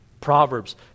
Proverbs